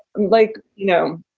like, you know,